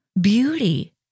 beauty